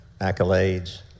accolades